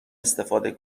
استفاده